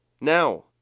Now